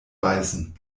beißen